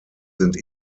sind